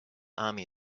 army